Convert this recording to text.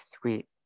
sweet